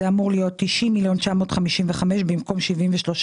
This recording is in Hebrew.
אמור להיות 90,955,000 במקום 73,521,000,